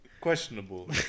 questionable